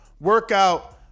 workout